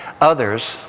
others